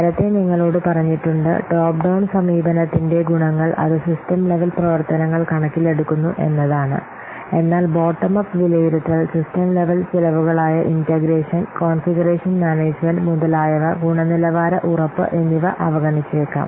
നേരത്തെ നിങ്ങളോട് പറഞ്ഞിട്ടുണ്ട് ടോപ്പ് ഡൌൺ സമീപനത്തിന്റെ ഗുണങ്ങൾ അത് സിസ്റ്റം ലെവൽ പ്രവർത്തനങ്ങൾ കണക്കിലെടുക്കുന്നു എന്നതാണ് എന്നാൽ ബോട്ടം അപ്പ് വിലയിരുത്തൽ സിസ്റ്റം ലെവൽ ചെലവുകളായ ഇന്റഗ്രേഷൻ കോൺഫിഗറേഷൻ മാനേജുമെന്റ് മുതലായവ ഗുണനിലവാര ഉറപ്പ് എന്നിവ അവഗണിച്ചേക്കാം